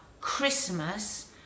Christmas